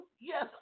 Yes